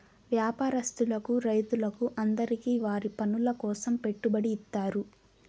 వ్యాపారస్తులకు రైతులకు అందరికీ వారి పనుల కోసం పెట్టుబడి ఇత్తారు